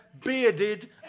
bearded